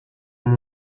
ont